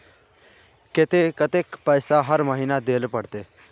केते कतेक पैसा हर महीना देल पड़ते?